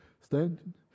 Standing